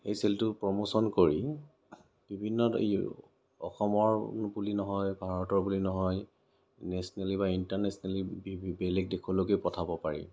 এই চেলটোৰ প্ৰমোচন কৰি বিভিন্ন অসমৰ বুলি নহয় ভাৰতৰ বুলি নহয় নেচনেলি বা ইনটাৰনেচনেলি বিভি বেলেগ দেশলৈকেও পঠাব পাৰি